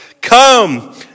Come